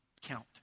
count